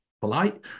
polite